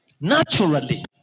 naturally